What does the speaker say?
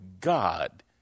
God